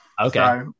Okay